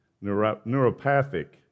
Neuropathic